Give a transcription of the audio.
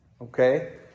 Okay